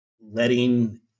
letting